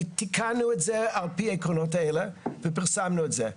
תיקנו את זה על פי העקרונות האלה ופרסמנו את זה.